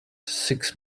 six